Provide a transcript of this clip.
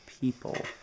people